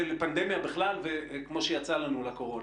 לפנדמיה בכלל, וכמו שיצא לנו, לקורונה.